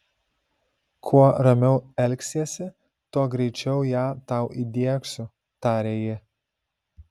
kuo ramiau elgsiesi tuo greičiau ją tau įdiegsiu taria ji